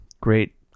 Great